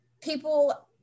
people